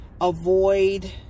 avoid